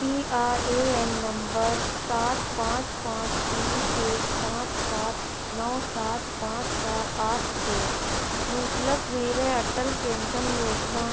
P R A N نمبر سات پانچ پانچ تین ایک پانچ سات نو سات پانچ چار آٹھ سے منسلک میرے اٹل پینشن یوجنا